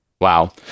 Wow